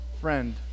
friend